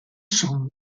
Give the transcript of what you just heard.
son